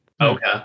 Okay